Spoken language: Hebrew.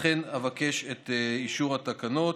לכן אבקש את אישור התקנות.